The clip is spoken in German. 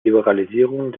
liberalisierung